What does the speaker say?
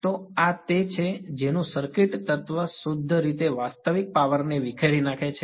તો આ તે છે કે જેનું સર્કિટ તત્વ શુદ્ધ રીતે વાસ્તવિક પાવર ને વિખેરી નાખે છે